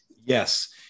Yes